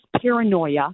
paranoia